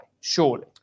surely